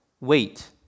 Wait